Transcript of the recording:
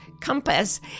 compass